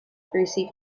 greasy